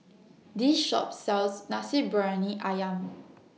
This Shop sells Nasi Briyani Ayam